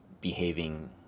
behaving